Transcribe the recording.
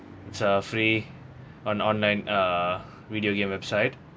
it's a free on online uh video game website